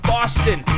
Boston